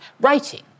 writing